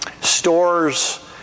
Stores